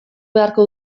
beharko